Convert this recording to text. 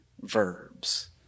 verbs